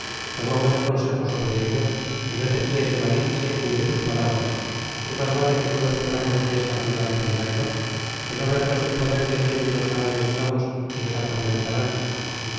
toma buen consejo sobre ello y no te fies de malinche ni de sus palabras que mas vale que todos muramos en esta ciudad peleando que no vernos en poder de quien nos harán esclavos y nos atormentarán